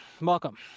welcome